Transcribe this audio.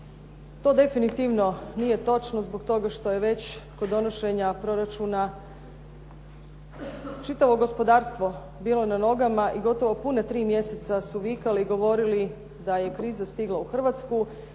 To definitivno nije točno zbog toga što je već kod donošenja proračuna čitavo gospodarstvo bilo na nogama i gotovo puna tri mjeseca su vikali i govorili da je kriza stigla u Hrvatsku,